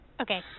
okay